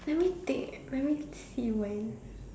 let me think let me see when